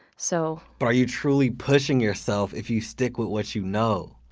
so but are you truly pushing yourself if you stick with what you know?